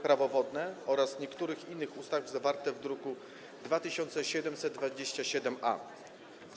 Prawo wodne oraz niektórych innych ustaw, zawarte w druku 2727-A.